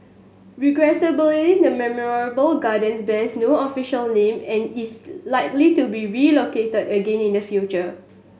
regrettably the memorial gardens bears no official name and is likely to be relocated again in the future